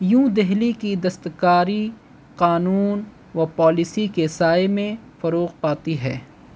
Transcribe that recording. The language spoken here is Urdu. یوں دہلی کی دستکاری قانون و پالیسی کے سائے میں فروغ آتی ہے